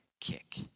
kick